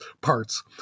parts